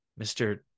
Mr